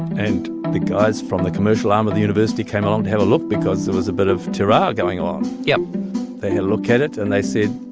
and the guys from the commercial arm of the university came along to have a look because there was a bit of ta-ra going on yeah they had a look at it, and they said,